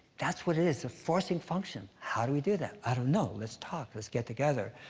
that's what it is. a forcing function. how do we do that? i don't know, let's talk. let's get together.